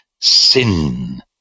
sin